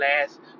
last